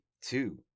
two